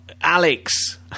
alex